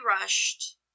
rushed